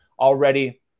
already